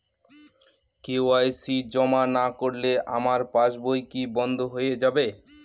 KYC জমা না করলে আমার পাসবই কি বন্ধ হয়ে যাবে?